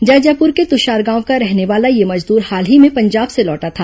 जैजैपूर के तुषार गांव का रहने वाला यह मजदूर हाल ही में पंजाब से लौटा था